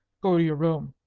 go to your room,